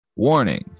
Warning